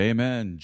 Amen